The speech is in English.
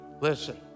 Listen